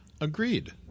Agreed